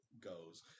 goes